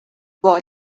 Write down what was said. boy